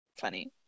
funny